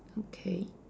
okay